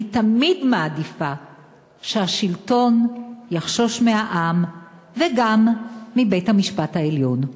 אני תמיד מעדיפה שהשלטון יחשוש מהעם וגם מבית-המשפט העליון.